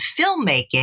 filmmaking